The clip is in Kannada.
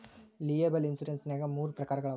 ಲಿಯೆಬಲ್ ಇನ್ಸುರೆನ್ಸ್ ನ್ಯಾಗ್ ಮೂರ ಪ್ರಕಾರಗಳವ